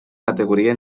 categoria